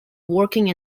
working